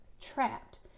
trapped